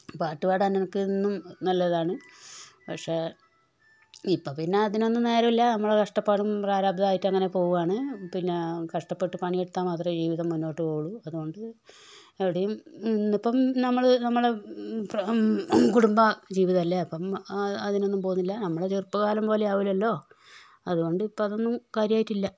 പാട്ട് പാടാൻ എനിക്കെന്നും നല്ല ഇതാണ് പക്ഷേ ഇപ്പം പിന്നെ അതിനൊന്നും നേരമില്ല നമ്മുടെ കഷ്ടപ്പാടും പ്രാരാബ്ധവും ആയിട്ട് അങ്ങനെ പോവാണ് പിന്നെ കഷ്ടപ്പെട്ട് പണിയെടുത്താൽ മാത്രമേ ജീവിതം മുന്നോട്ട് പോവുള്ളൂ അതുകൊണ്ട് എവിടെയും ഇപ്പം നമ്മൾ നമ്മളെ കുടുംബ ജീവിതമല്ലേ അപ്പം അത് അതിനൊന്നും പോന്നില്ല നമ്മളെ ചെറുപ്പകാലം പോലെ ആവുല്ലല്ലോ അതുകൊണ്ട് ഇപ്പോൾ അതൊന്നും കാര്യമായിട്ടില്ല